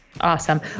Awesome